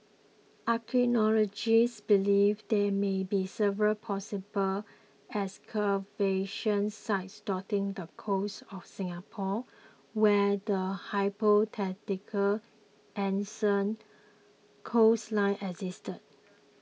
archaeologists believe there may be several possible excavation sites dotting the coast of Singapore where the hypothetical ancient coastline existed